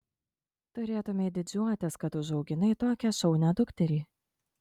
turėtumei didžiuotis kad užauginai tokią šaunią dukterį